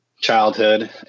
childhood